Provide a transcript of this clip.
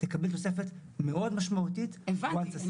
ותקבל תוספת מאוד משמעותית ברגע שעשית את זה.